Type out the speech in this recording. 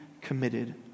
committed